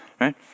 right